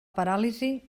paràlisi